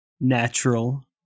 Natural